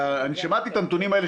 שמעתי את הנתונים האלה,